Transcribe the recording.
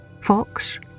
fox